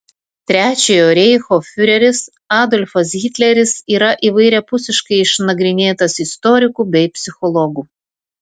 trečiojo reicho fiureris adolfas hitleris yra įvairiapusiškai išnagrinėtas istorikų bei psichologų